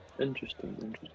interesting